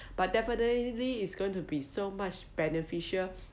but definitely it's going to be so much beneficial